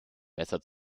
besser